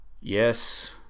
Yes